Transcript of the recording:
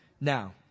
Now